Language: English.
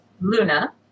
Luna